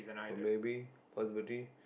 or maybe multiple T